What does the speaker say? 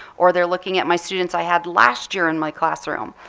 or they're looking at my students i had last year in my classroom,